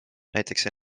näiteks